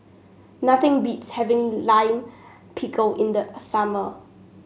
nothing beats having Lime Pickle in the summer